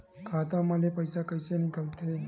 खाता मा ले पईसा कइसे निकल थे?